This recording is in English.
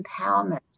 empowerment